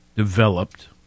Developed